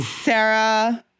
Sarah